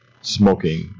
smoking